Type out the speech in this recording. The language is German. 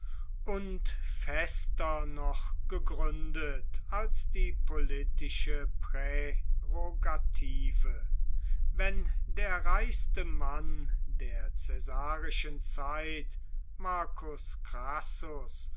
und fester noch gegründet als die politische prärogative wenn der reichste mann der caesarischen zeit marcus